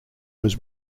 was